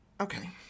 Okay